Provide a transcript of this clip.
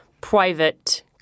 private